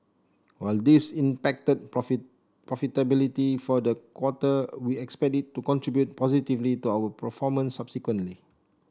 while this impacted profitability for the quarter we expect it to contribute positively to our performance subsequently